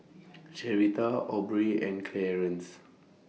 Sherita Aubrey and Clearence